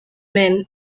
men